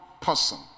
person